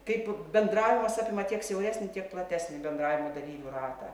kaip bendravimas apima tiek siauresnį tiek platesnį bendravimo dalyvių ratą